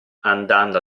andando